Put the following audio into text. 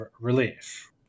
relief